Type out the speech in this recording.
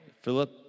Philip